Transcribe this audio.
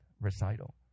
recital